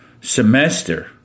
semester